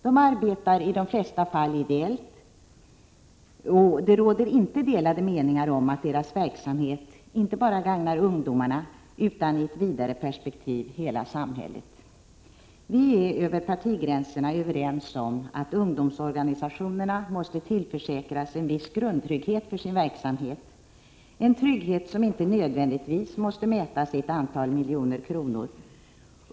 De arbetar i de allra flesta fall ideellt, och det råder inga delade meningar om att deras verksamhet inte bara gagnar ungdomarna utan i ett vidare perspektiv hela samhället. Vi är över partigränserna överens om att ungdomsorganisationerna måste tillförsäkras en viss grundtrygghet för sin verksamhet, en trygghet som inte nödvändigtvis måste mätas i ett antal miljoner kronor.